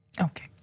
Okay